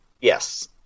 yes